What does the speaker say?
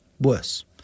worse